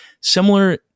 Similar